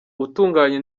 utunganya